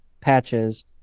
patches